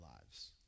lives